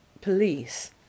Police